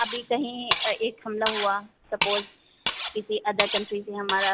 अभी कहीं एक हमला हुआ सपोज़ किसी अदर कन्ट्री से हमारा